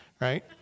right